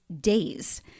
days